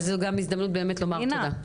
אז זו גם הזדמנות לומר תודה.